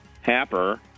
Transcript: Happer